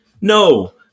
no